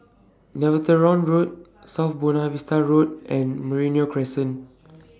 Netheravon Road South Buona Vista Road and Merino Crescent